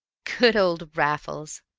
good old raffles!